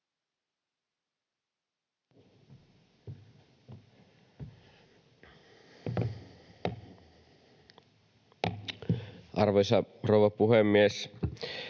Arvoisa rouva puhemies!